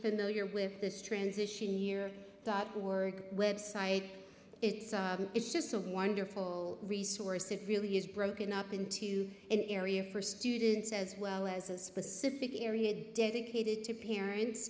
familiar with this transition year that org website it is just a wonderful resource it really is broken up into an area for students as well as a specific area dedicated to